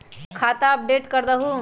खाता अपडेट करदहु?